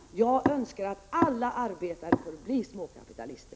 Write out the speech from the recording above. Vi moderater önskar, fru talman, att alla arbetare får bli småkapitalister.